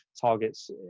targets